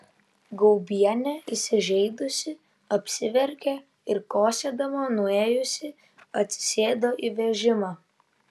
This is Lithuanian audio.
gaubienė įsižeidusi apsiverkė ir kosėdama nuėjusi atsisėdo į vežimą